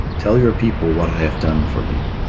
tell your people what i have done for you.